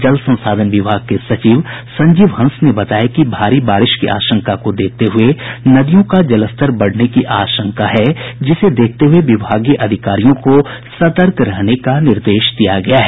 जल संसाधन विभाग के सचिव संजीव हंस ने बताया कि भारी बारिश की आशंका को देखते हुये नदियों का जलस्तर बढ़ने की आशंका है जिसे देखते हुये विभागीय अधिकारियों को सतर्क रहने का निर्देश दिया गया है